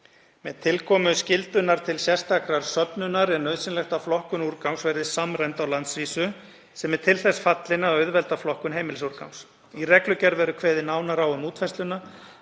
Með tilkomu skyldunnar til sérstakrar söfnunar er nauðsynlegt að flokkun úrgangs verði samræmd á landsvísu sem er til þess fallin að auðvelda flokkun heimilisúrgangs. Í reglugerð verður kveðið nánar á um útfærsluna,